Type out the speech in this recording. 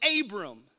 Abram